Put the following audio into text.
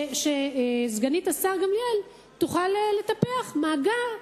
שסגנית השר גמליאל תוכל לטפח מאגר,